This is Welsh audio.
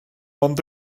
ond